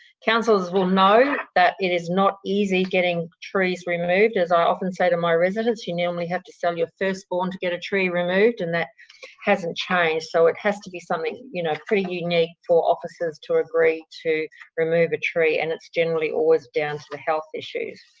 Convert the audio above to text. councillors will know that it is not easy getting trees removed. as i often say to my residents, you normally have to sell your firstborn to get a tree removed and that hasn't changed so it has to be something you know pretty unique for officers to agree to remove a tree and it's generally always down to the health issues.